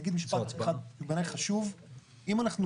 אני אגיד